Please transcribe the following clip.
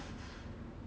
basketball court